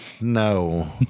No